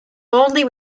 boldly